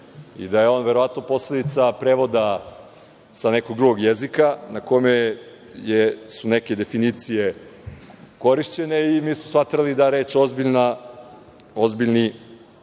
i da je on verovatno posledica prevoda sa nekog drugog jezika na kome su neke definicije korišćenje. Smatrali smo da reč „ozbiljni“